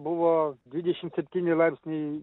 buvo dvidešim septyni laipsniai